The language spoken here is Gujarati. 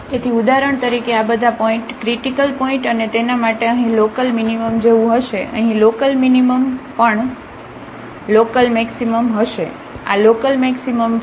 તેથી ઉદાહરણ તરીકે આ બધા પોઇન્ટઓ ક્રિટીકલ પોઇન્ટ અને તેના માટે અહીં લોકલમીનીમમ જેવું હશે અહીં લોકલમીનીમમ પણ અહીં લોકલમેક્સિમમ હશે આ લોકલમેક્સિમમ છે